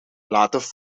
laten